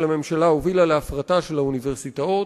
הממשלה הובילה להפרטה של האוניברסיטאות,